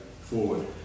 forward